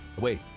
wait